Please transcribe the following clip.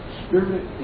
spirit